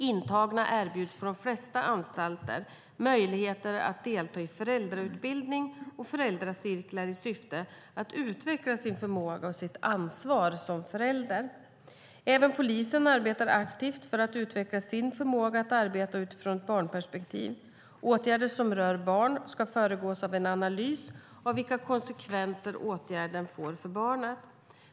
Intagna erbjuds på de flesta anstalter möjligheter att delta i föräldrautbildning och föräldracirklar i syfte att utveckla sin förmåga och sitt ansvar som förälder. Även Polisen arbetar aktivt för att utveckla sin förmåga att arbeta utifrån ett barnperspektiv. Åtgärder som rör barn ska föregås av en analys av vilka konsekvenser åtgärden får för barnet.